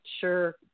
sure